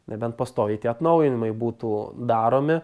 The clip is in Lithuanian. nebent pastoviai tie atnaujinimai būtų daromi